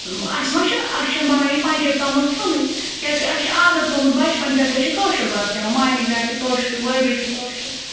اَسہِ ما چھِ اَسہِ چھِنہٕ بَنان یہِ پنٛجٲبۍ توٚمُل کھیٚونٕے کیٛازِکہِ اَسہِ چھِ عادت گوٚمُت بَچپَن پٮ۪ٹھ أسۍ چھِ کٲشُر بَتہٕ کھیٚوان مالنہِ گَرِ تہِ کٲشرُے وٲرۍ وِ تہِ کٲشرُے